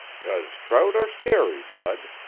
cause trout are scary, bud.